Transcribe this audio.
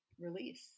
release